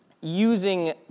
using